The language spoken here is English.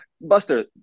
Buster